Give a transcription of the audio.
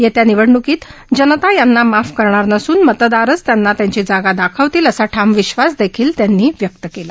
यप्त्या निवडणुकीत जनता त्यांना माफ करणार नसून मतदारच त्यांना त्यांची जागा दाखवतील असा ठाम विश्वासदख्वील व्यक्त काला